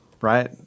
right